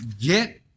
Get